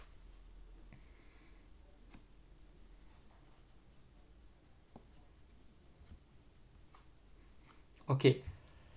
okay